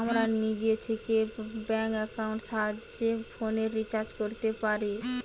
আমরা নিজে থিকে ব্যাঙ্ক একাউন্টের সাহায্যে ফোনের রিচার্জ কোরতে পারি